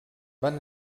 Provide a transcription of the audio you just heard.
van